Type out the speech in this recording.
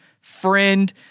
friend